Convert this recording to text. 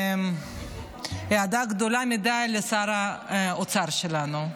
באהדה גדולה מדי לשר האוצר שלנו.